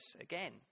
again